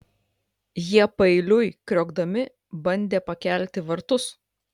jie paeiliui kriokdami bandė pakelti vartus